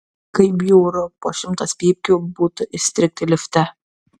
kaip bjauru po šimtas pypkių būtų įstrigti lifte